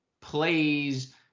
plays